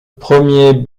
premier